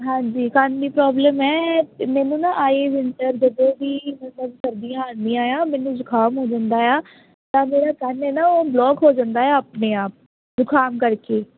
ਹਾਂਜੀ ਕੰਨ ਦੀ ਪ੍ਰੋਬਲਮ ਹੈ ਮੈਨੂੰ ਨਾ ਆਈ ਵਿੰਟਰ ਜਦੋਂ ਵੀ ਮਤਲਬ ਸਰਦੀਆਂ ਆਉਂਦੀਆਂ ਆ ਮੈਨੂੰ ਜੁਖਾਮ ਹੋ ਜਾਂਦਾ ਆ ਤਾਂ ਮੇਰਾ ਕੰਨ ਹੈ ਨਾ ਉਹ ਬਲੋਕ ਹੋ ਜਾਂਦਾ ਆਪਣੇ ਆਪ ਜੁਖਾਮ ਕਰਕੇ